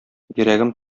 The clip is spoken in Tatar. йөрәгем